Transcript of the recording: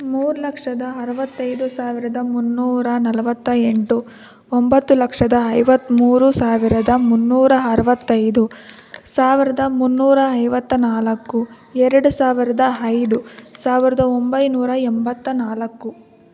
ಮೂರು ಲಕ್ಷದ ಅರುವತ್ತೈದು ಸಾವಿರದ ಮುನ್ನೂರ ನಲವತ್ತ ಎಂಟು ಒಂಬತ್ತು ಲಕ್ಷದ ಐವತ್ತ್ಮೂರು ಸಾವಿರದ ಮುನ್ನೂರ ಅರುವತ್ತೈದು ಸಾವಿರದ ಮುನ್ನೂರ ಐವತ್ತ ನಾಲ್ಕು ಎರಡು ಸಾವಿರದ ಐದು ಸಾವಿರದ ಒಂಬೈನೂರ ಎಂಬತ್ತ ನಾಲ್ಕು